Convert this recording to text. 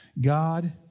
God